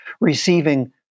receiving